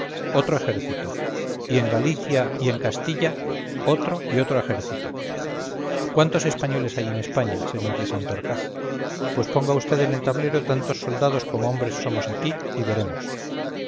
otro ejército y en galicia y en castilla otro y otro ejército cuántos españoles hay en españa sr de santorcaz pues ponga vd en el tablero tantos soldados como hombres somos aquí y veremos